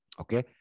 okay